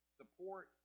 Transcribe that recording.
support